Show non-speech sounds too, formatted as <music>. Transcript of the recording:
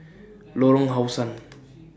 <noise> Lorong How Sun